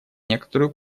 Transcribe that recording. некоторую